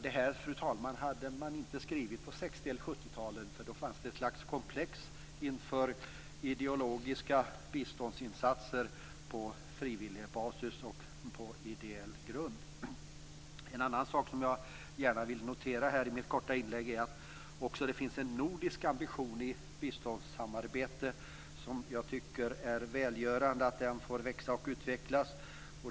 Detta, fru talman, hade man inte skrivit på 60 eller 70-talen, för då fanns det ett slags komplex inför ideologiska biståndsinsatser på frivillig basis och på ideell grund. En annan sak som jag gärna vill notera i mitt korta inlägg är att det också finns en nordisk ambition i biståndssamarbetet. Jag tycker att det är välgörande att den får växa och utvecklas.